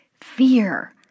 fear